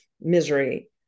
misery